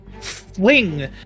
fling